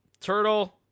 Turtle